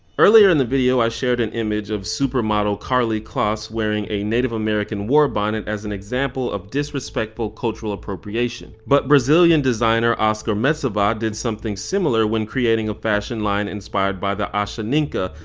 earlier in the video i shared an image of supermodel karli kloss wearing a native american war bonnet as example of disrespectful cultural appropriation. but brazilian designer oskar metsavaht did something similar when creating a fashion line inspired by the ashaninka,